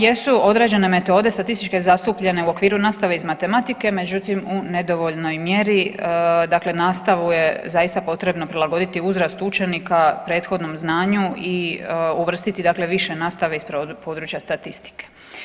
Jesu određene metode statističke zastupljene u okviru nastave iz matematike, međutim u nedovoljnoj mjeri, dakle nastavu je zaista potrebno prilagoditi uzrastu učenika, prethodnom znanju i uvrstiti dakle više nastave iz područja statistike.